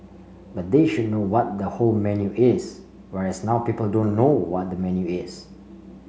but they should know what the whole menu is whereas now people don't know what the menu is